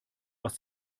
aus